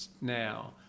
now